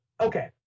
okay